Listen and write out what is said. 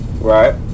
Right